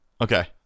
Okay